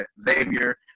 Xavier